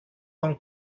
von